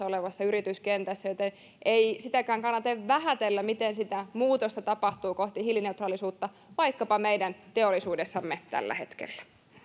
olevassa yrityskentässä joten ei sitäkään kannata vähätellä miten sitä muutosta tapahtuu kohti hiilineutraalisuutta vaikkapa meidän teollisuudessamme tällä hetkellä